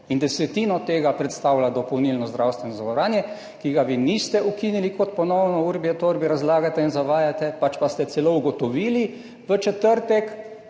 In desetino tega predstavlja dopolnilno zdravstveno zavarovanje, ki ga vi niste ukinili, kot ponovno urbi et orbi razlagate in zavajate, pač pa ste celo ugotovili v četrtek,